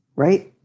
right.